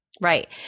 Right